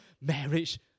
marriage